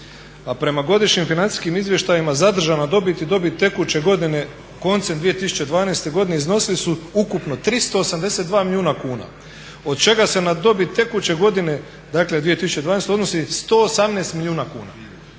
prema godišnjim financijskim izvještajima zadržana dobit i dobit tekuće godine koncem 2012. godine iznosili su ukupno 382 milijuna kuna, od čega se na dobit tekuće godine, dakle 2012. odnosi 118 milijuna kuna.